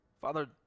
Father